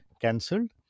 cancelled